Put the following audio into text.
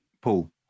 Paul